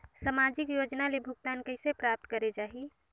समाजिक योजना ले भुगतान कइसे प्राप्त करे जाहि?